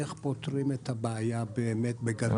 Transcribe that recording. איך פותרים את הבעיה בגדול,